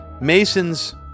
masons